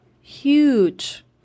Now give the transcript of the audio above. huge